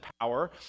power